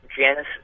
Janice